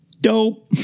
dope